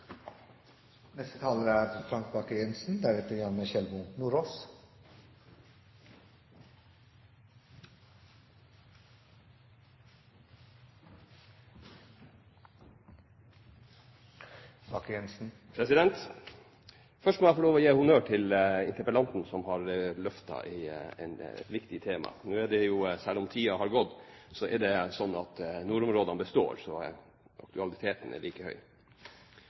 Først må jeg få lov til å gi honnør til interpellanten, som har løftet et viktig tema. Selv om tiden har gått, er det slik at nordområdene består. Så aktualiteten er like høy.